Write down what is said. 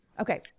Okay